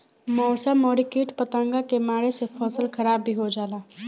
मौसम अउरी किट पतंगा के मार से फसल खराब भी हो जाला